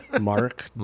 Mark